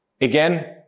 again